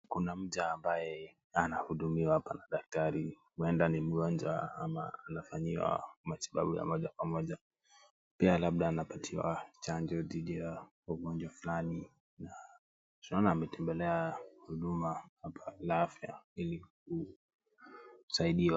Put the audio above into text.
Kuna mtu hapa ambaye anahudumiwa na daktari, huenda ni mgonjwa au anafanyiwa matibabu ya moja kwa moja. Pia labda anapatiwa chanjo dhidi ya ugonjwa fulani na tunaona ametembelea huduma la afya ili kusaidiwa.